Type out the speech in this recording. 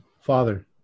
Father